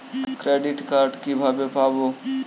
Credit card কিভাবে পাব?